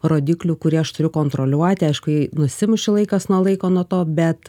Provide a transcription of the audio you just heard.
rodiklių kurį aš turiu kontroliuoti aišku jį nusimuši laikas nuo laiko nuo to bet